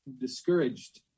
discouraged